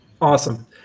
Awesome